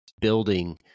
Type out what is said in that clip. building